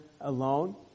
alone